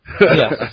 Yes